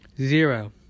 Zero